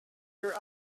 her